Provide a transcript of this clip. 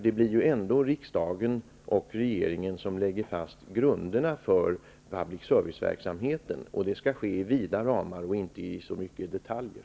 Det blir ändå riksdagen och regeringen som lägger fast grunderna för public service-verksamheten. Det skall ske i vida ramar och inte så mycket i detaljer.